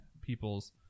people's